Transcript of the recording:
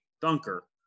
Dunker